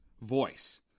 voice